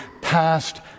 past